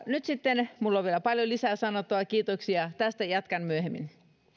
nyt poistettua minulla on vielä paljon lisää sanottavaa kiitoksia tästä jatkan myöhemmin